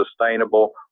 sustainable